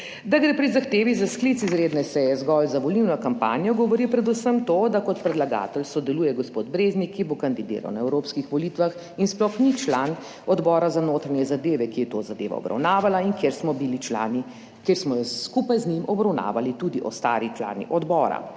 Da gre pri zahtevi za sklic izredne seje zgolj za volilno kampanjo, govori predvsem to, da kot predlagatelj sodeluje gospod Breznik, ki bo kandidiral na evropskih volitvah in sploh ni član Odbora za notranje zadeve, ki je to zadevo obravnavala in kjer smo bili člani, kjer smo skupaj z njim obravnavali tudi ostali člani odbora.